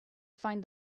find